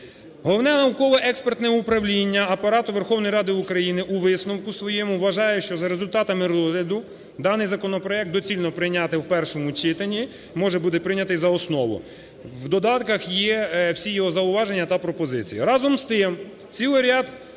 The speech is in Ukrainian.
Головне науково-експортне управління Апарату Верховної Ради України у висновку своєму вважає, що за результатами розгляду даний законопроект доцільно прийняти в першому читанні, може бути прийнятий за основу. В додатках є всі його зауваження та пропозиції. Разом з тим, цілий ряд